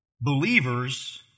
Believers